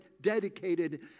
dedicated